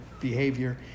behavior